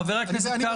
חבר הכנסת קרעי.